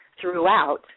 throughout